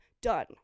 Done